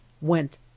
went